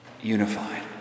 unified